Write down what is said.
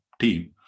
team